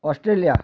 Australia